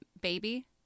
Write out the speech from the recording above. baby